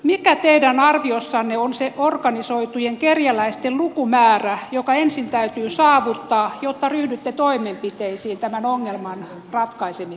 mikä teidän arviossanne on se organisoitujen kerjäläisten lukumäärä joka ensin täytyy saavuttaa jotta ryhdytte toimenpiteisiin tämän ongelman ratkaisemiseksi